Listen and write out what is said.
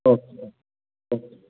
okay okay okay